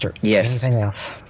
Yes